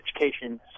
education